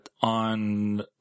on